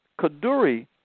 Kaduri